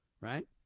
right